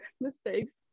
mistakes